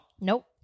Nope